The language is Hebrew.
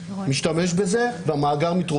התשע"ט-2019 (להלן, החוק),